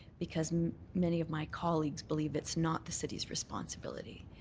because many of my colleagues believe it's not the city's responsibility.